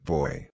Boy